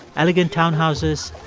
elegant townhouses